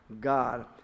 God